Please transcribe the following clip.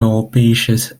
europäisches